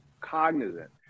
cognizant